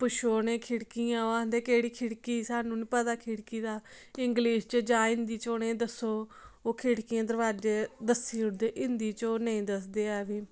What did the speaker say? पुच्छो उ'नें गी खिड़कियां ओह् आखदे केह्ड़ी खिड़की सानूं निं पता खिडकी दा इंग्लिश जां हिंदी च उ'नें गी दस्सो ओह् खिडकियां दरवाजे दस्सी ओड़दे हिंदी च ओह् नेईं दसदे ऐ बी